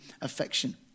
affection